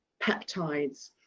peptides